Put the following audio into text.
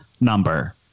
number